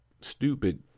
stupid